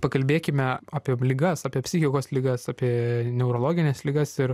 pakalbėkime apie ligas apie psichikos ligas apie neurologines ligas ir